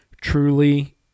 truly